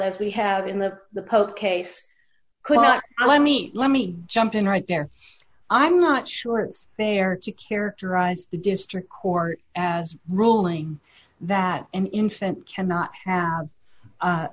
as we have in the the polk case could not let me let me jump in right there i'm not sure it's fair to characterize the district court as ruling that an infant cannot have